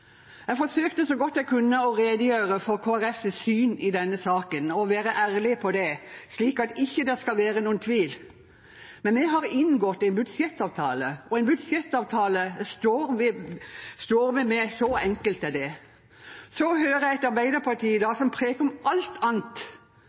Jeg forsøkte så godt jeg kunne å redegjøre for Kristelig Folkepartis syn i denne saken og være ærlig på det, slik at det ikke skal være noen tvil. Men vi har inngått en budsjettavtale, og en budsjettavtale står vi ved – så enkelt er det. Så hører jeg